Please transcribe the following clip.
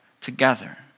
together